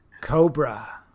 Cobra